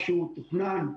הוא תוכנן,